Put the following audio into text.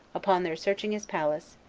upon their searching his palace,